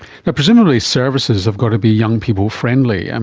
but presumably services have got to be young-people friendly. and